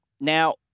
Now